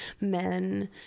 men